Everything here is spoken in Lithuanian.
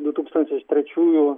du tūkstantis trečiųjų